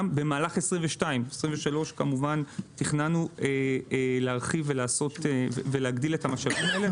במהלך 22. ב-23 כמובן תכננו להרחיב ולהגדיל את המשאבים האלה.